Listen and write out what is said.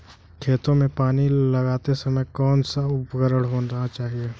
खेतों में पानी लगाते समय कौन सा उपकरण होना चाहिए?